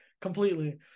completely